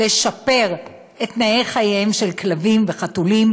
לשפר את תנאי חייהם של כלבים וחתולים